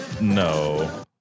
No